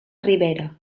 ribera